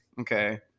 okay